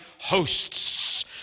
hosts